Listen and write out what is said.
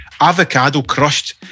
avocado-crushed